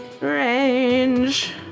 range